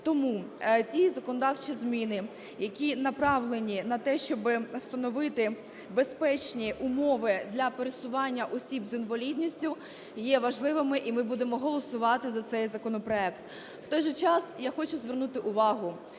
Тому ті законодавчі зміни, які направлені на те, щоб встановити безпечні умови для пересування осіб з інвалідністю, є важливими, і ми будемо голосувати за цей законопроект. В той же час, я хочу звернути увагу,